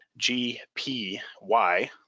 GPY